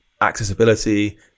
accessibility